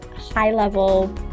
high-level